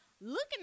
looking